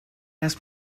asked